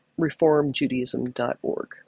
reformjudaism.org